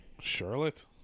Charlotte